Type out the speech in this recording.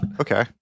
Okay